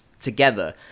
together